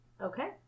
Okay